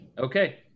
Okay